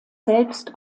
selbst